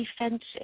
defensive